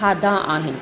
खाधा आहिनि